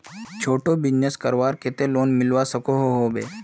छोटो बिजनेस करवार केते लोन मिलवा सकोहो होबे?